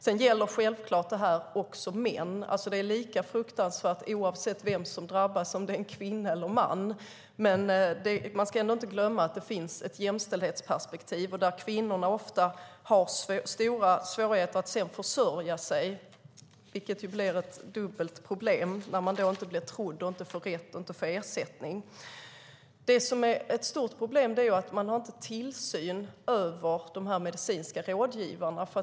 Detta gäller självfallet också män; det är lika fruktansvärt oavsett vem som drabbas - en kvinna eller en man. Man ska ändå inte glömma att det finns ett jämställdhetsperspektiv. Kvinnor har ofta stora svårigheter att sedan försörja sig, vilket blir ett dubbelt problem. Man blir inte trodd, man får inte rätt och man får inte någon ersättning. Ett stort problem är att det inte finns någon tillsyn över de medicinska rådgivarna.